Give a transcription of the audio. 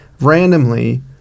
Randomly